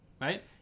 right